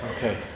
Okay